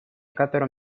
которым